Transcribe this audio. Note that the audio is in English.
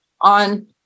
on